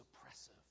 oppressive